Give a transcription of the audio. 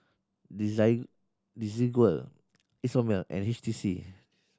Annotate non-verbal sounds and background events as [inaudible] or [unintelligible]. [unintelligible] Desigual Isomil and H T C